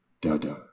da-da